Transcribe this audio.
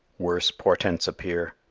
worse portents appear.